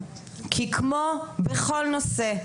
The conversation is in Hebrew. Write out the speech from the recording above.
כי כמו בכל נושא,